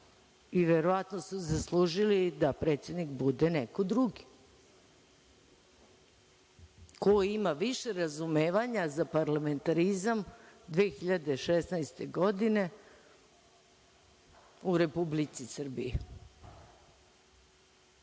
Verovatno su zaslužili da predsednik bude neko drugi, ko ima više razumevanja za parlamentarizam 2016. godine u Republici Srbiji. Vidimo